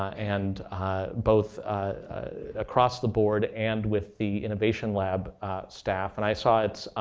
and both across the board and with the innovation lab staff. and i saw its